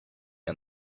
and